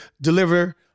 deliver